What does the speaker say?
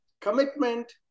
commitment